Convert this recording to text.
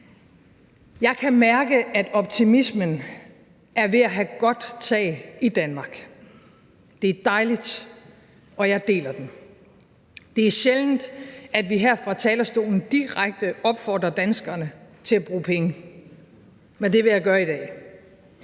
Jeg kan mærke, at optimismen er ved at have godt tag i Danmark. Det er dejligt, og jeg deler den. Det er sjældent, at vi her fra talerstolen direkte opfordrer danskerne til at bruge penge, men det vil jeg gøre i dag.